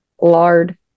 lard